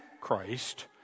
Christ